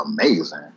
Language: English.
amazing